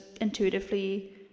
intuitively